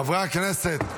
חברי הכנסת.